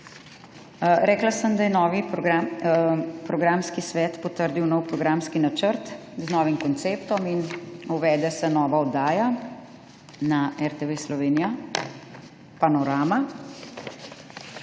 Rekla sem, da je programski svet potrdil nov programski načrt z novim konceptom in uvede se nova oddaja na RTV Slovenija − Panorama.